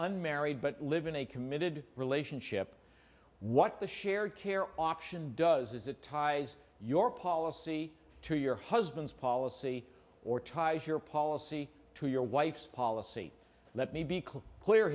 unmarried but live in a committed relationship what the shared care option does is it ties your policy to your husband's policy or ties your policy to your wife's policy let me be clear